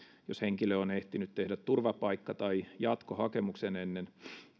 jos henkilö on ehtinyt tehdä turvapaikka tai jatkohakemuksen ennen